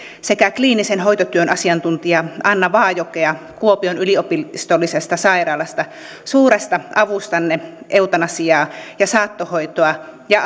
sekä kliinisen hoitotyön asiantuntija anne vaajokea kuopion yliopistollisesta sairaalasta heidän suuresta avustaan eutanasiaa ja saattohoitoa ja